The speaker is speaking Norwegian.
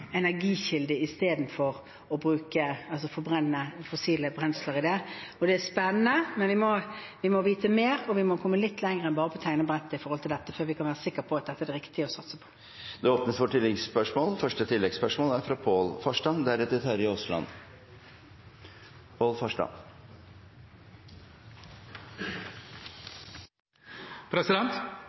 energikilde istedenfor å bruke fossile brensler. Det er spennende, men vi må vite mer, og vi må komme litt lenger enn bare til tegnebrettet med dette, før vi kan være sikre på at det er det riktige å satse på. Det blir oppfølgingsspørsmål – først Pål Farstad. For